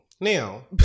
Now